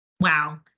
Wow